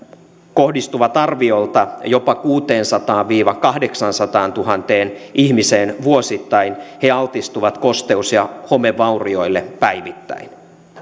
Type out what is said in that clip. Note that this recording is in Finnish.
kohdistuvat arviolta jopa kuuteensataantuhanteen viiva kahdeksaansataantuhanteen ihmiseen vuosittain he altistuvat kosteus ja homevaurioille päivittäin